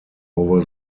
over